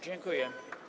Dziękuję.